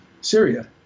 Syria